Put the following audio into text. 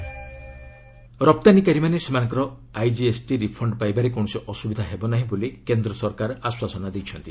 centre exporters ରପ୍ତାନୀକାରୀମାନେ ସେମାନଙ୍କର IGST refund ପାଇବାରେ କୌଣସି ଅସୁବିଧା ହେବ ନାହିଁ ବୋଲି କେନ୍ଦ୍ର ସରକାର ଆଶ୍ୱାସନା ଦେଇଛନ୍ତି